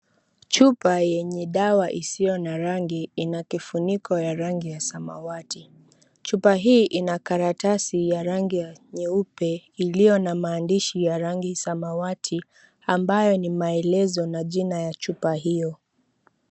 Chupa yenye dawa isiyo na rangi ina kifuniko ya rangi ya samawati. Chupa hii ina karatasi ya rangi ya nyeupe iliyo na maandishi ya rangi samawati ambayo ni maelezo na jina ya chupa hiyo.